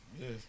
yes